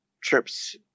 trips